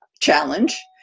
challenge